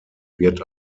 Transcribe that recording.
wird